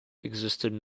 existed